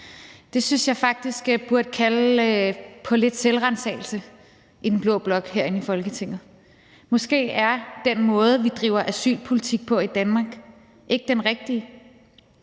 Det synes jeg faktisk burde kalde på lidt selvransagelse i den blå blok herinde i Folketinget. Måske er den måde, vi driver asylpolitik på i Danmark, ikke den rigtige.